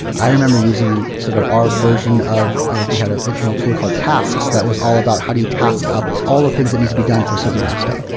i remember using sort of our version of of we had a internal tool called tasks, that was all about how do you task up all the things that need to be done for a certain milestone,